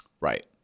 Right